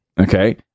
Okay